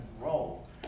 role